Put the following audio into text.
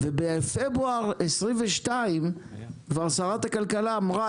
ובפברואר 22' כבר שרת הכלכלה אמרה,